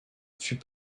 fut